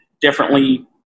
differently